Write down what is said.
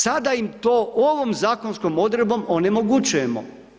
Sada im to ovom zakonskom odredbom onemogućujemo.